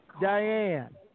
Diane